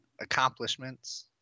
accomplishments